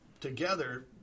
together